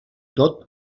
tot